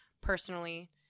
personally